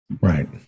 right